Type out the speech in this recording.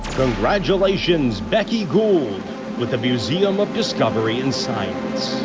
congratulations becky gould with the museum of discovery and science